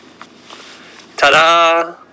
Ta-da